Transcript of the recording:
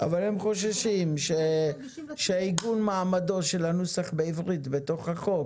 אבל הם חוששים שעדכון מעמדו של הנוסח בעברית בתוך החוק